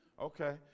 okay